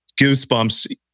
goosebumps